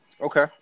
okay